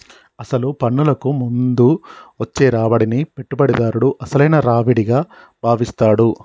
అసలు పన్నులకు ముందు వచ్చే రాబడిని పెట్టుబడిదారుడు అసలైన రావిడిగా భావిస్తాడు